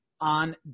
on